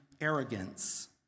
arrogance